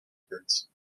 records